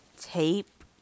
Tape